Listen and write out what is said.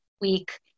week